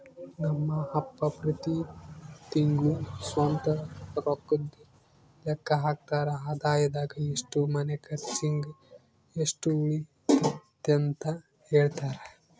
ನಮ್ ಅಪ್ಪ ಪ್ರತಿ ತಿಂಗ್ಳು ಸ್ವಂತ ರೊಕ್ಕುದ್ ಲೆಕ್ಕ ಹಾಕ್ತರ, ಆದಾಯದಾಗ ಎಷ್ಟು ಮನೆ ಕರ್ಚಿಗ್, ಎಷ್ಟು ಉಳಿತತೆಂತ ಹೆಳ್ತರ